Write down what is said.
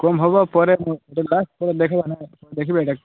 କମ ହବା ପରେ ଦେଖିବି ଏଇଟାକୁ